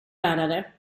lärare